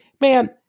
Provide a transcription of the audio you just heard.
man